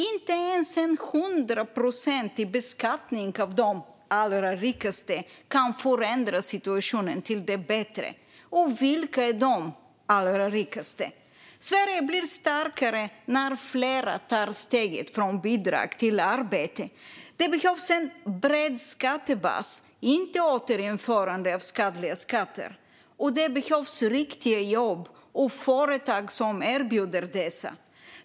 Inte ens en 100-procentig beskattning av de allra rikaste kan förändra situationen till det bättre. Och vilka är "de allra rikaste"? Sverige blir starkare när fler tar steget från bidrag till arbete. Det behövs en bred skattebas, inte återinförande av skadliga skatter. Det behövs riktiga jobb och företag som erbjuder dessa.